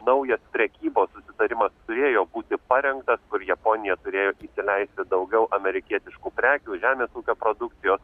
naujas prekybos susitarimas turėjo būti parengtas kur japonija turėjo įsileisti daugiau amerikietiškų prekių žemės ūkio produkcijos